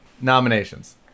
Nominations